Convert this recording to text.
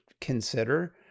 consider